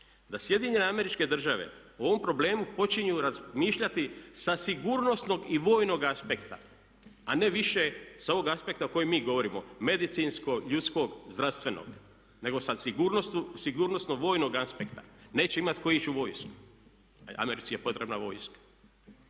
članci o tome, da SAD o ovom problemu počinju razmišljati sa sigurnosnog i vojnog aspekta a ne više sa ovog aspekta o kojem mi govorimo, medicinskog, ljudskog, zdravstvenog nego sa sigurnosno vojnog aspekta. Neće imati tko ići u vojsku a Americi je potrebna vojska.